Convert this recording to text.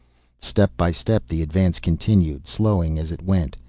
step by step the advance continued, slowing as it went.